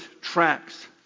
tracks